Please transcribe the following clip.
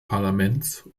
parlaments